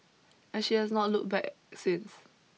and she has not looked back since